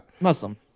Muslim